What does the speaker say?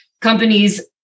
companies